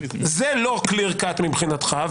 זה לא clear cut מבחינתך,